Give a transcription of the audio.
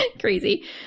crazy